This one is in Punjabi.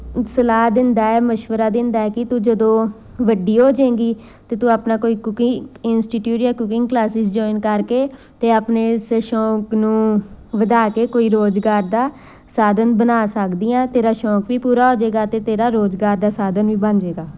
ਸਲਾਹ ਦਿੰਦਾ ਹੈ ਮਸ਼ਵਰਾ ਦਿੰਦਾ ਹੈ ਕਿ ਤੂੰ ਜਦੋਂ ਵੱਡੀ ਹੋ ਜਾਵੇਗੀ ਤਾਂ ਤੂੰ ਆਪਣਾ ਕੋਈ ਕੂਕਿੰਗ ਇੰਸਟੀਟਿਊਡ ਜਾਂ ਕੂਕਿੰਗ ਕਲਾਸਿਸ ਜੁਆਇਨ ਕਰਕੇ ਅਤੇ ਆਪਣੇ ਇਸ ਸ਼ੌਕ ਨੂੰ ਵਧਾ ਕੇ ਕੋਈ ਰੁਜ਼ਗਾਰ ਦਾ ਸਾਧਨ ਬਣਾ ਸਕਦੀ ਹਾਂ ਤੇਰਾ ਸ਼ੌਕ ਵੀ ਪੂਰਾ ਹੋ ਜਾਵੇਗਾ ਅਤੇ ਤੇਰਾ ਰੁਜ਼ਗਾਰ ਦਾ ਸਾਧਨ ਵੀ ਬਣ ਜਾਵੇਗਾ